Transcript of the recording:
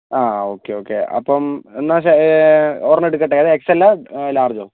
ആ okay okay അപ്പം എന്നാൽ ഒരെണ്ണം എടുക്കട്ടെ ഏതാണ് എക്സ് എല്ലാണോ ലാർജോ